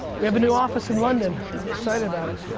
we have a new office in london. i'm excited about it.